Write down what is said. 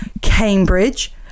Cambridge